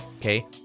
Okay